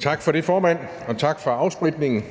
Tak for det, formand, og tak for afspritningen.